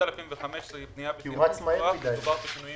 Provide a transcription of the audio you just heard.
פנייה 8015 היא פנייה מדובר בשינויים